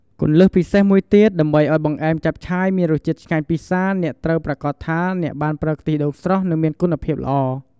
គន្លឹះពិសេសមួយទៀត ដើម្បីឱ្យបង្អែមចាប់ឆាយមានរសជាតិឆ្ងាញ់ពិសា អ្នកត្រូវប្រាកដថាអ្នកបានប្រើខ្ទិះដូងស្រស់ និងមានគុណភាពល្អ។